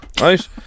Right